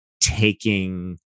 taking